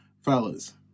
fellas